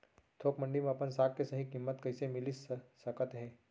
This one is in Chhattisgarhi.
थोक मंडी में अपन साग के सही किम्मत कइसे मिलिस सकत हे?